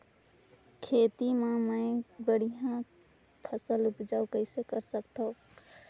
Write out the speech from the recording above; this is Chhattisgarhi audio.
खेती म मै बढ़िया फसल उपजाऊ कइसे कर सकत थव?